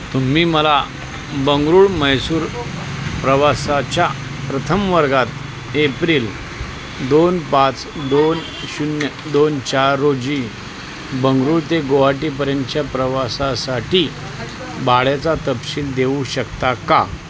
तुम्ही मला बंगळुरू म्हैसूर प्रवासाच्या प्रथम वर्गात एप्रिल दोन पाच दोन शून्य दोन चार रोजी बंगळुरू ते गुवाहाटीपर्यंतच्या प्रवासासाठी भाड्याचा तपशील देऊ शकता का